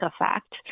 effect